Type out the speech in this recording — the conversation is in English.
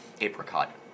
Apricot